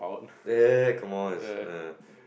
dad come on it's uh